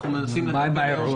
אנחנו מנסים לטפל בזה.